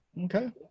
Okay